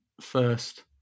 first